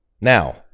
Now